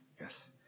Yes